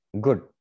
good